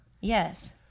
Yes